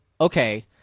okay